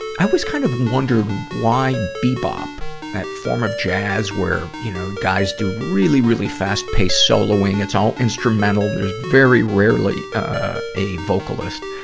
i always kind of wondered why bebop that form of jazz where, you know, guys do really, really fast-paced soloing. it's all instrumental. there's very rarely a, ah, vocalist.